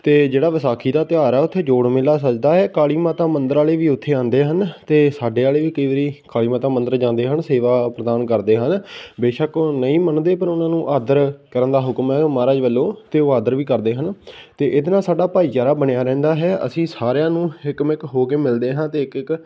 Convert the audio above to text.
ਅਤੇ ਜਿਹੜਾ ਵਿਸਾਖੀ ਦਾ ਤਿਉਹਾਰ ਆ ਉੱਥੇ ਜੋੜ ਮੇਲਾ ਸੱਜਦਾ ਹੈ ਕਾਲੀ ਮਾਤਾ ਮੰਦਰ ਵਾਲੇ ਵੀ ਉੱਥੇ ਆਉਂਦੇ ਹਨ ਅਤੇ ਸਾਡੇ ਵਾਲੇ ਵੀ ਕਈ ਵਾਰੀ ਕਾਲੀ ਮਾਤਾ ਮੰਦਰ ਜਾਂਦੇ ਹਨ ਸੇਵਾ ਪ੍ਰਦਾਨ ਕਰਦੇ ਹਨ ਬੇਸ਼ੱਕ ਉਹ ਨਹੀਂ ਮੰਨਦੇ ਪਰ ਉਹਨਾਂ ਨੂੰ ਆਦਰ ਕਰਨ ਦਾ ਹੁਕਮ ਹੈ ਮਹਾਰਾਜ ਵੱਲੋਂ ਅਤੇ ਉਹ ਆਦਰ ਵੀ ਕਰਦੇ ਹਨ ਅਤੇ ਇਹਦੇ ਨਾਲ ਸਾਡਾ ਭਾਈਚਾਰਾ ਬਣਿਆ ਰਹਿੰਦਾ ਹੈ ਅਸੀਂ ਸਾਰਿਆਂ ਨੂੰ ਇੱਕ ਮਿੱਕ ਹੋ ਕੇ ਮਿਲਦੇ ਹਾਂ ਅਤੇ ਇੱਕ ਇੱਕ